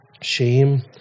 shame